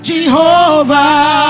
Jehovah